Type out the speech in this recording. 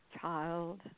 Child